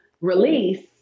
release